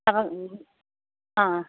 আকৌ অঁ